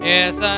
Yes